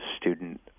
student